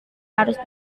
harus